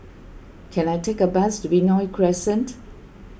can I take a bus to Benoi Crescent